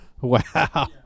Wow